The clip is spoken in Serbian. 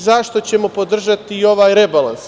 Zašto ćemo podržati i ovaj rebalans?